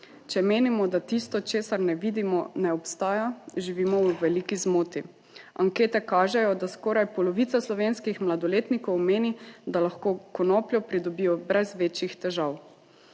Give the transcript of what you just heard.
Če menimo, da tisto, česar ne vidimo, ne obstaja, živimo v veliki zmoti. Ankete kažejo, da skoraj polovica slovenskih mladoletnikov meni, da lahko konopljo pridobijo brez večjih težav.